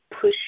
push